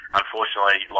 unfortunately